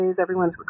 Everyone's